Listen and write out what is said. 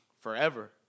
forever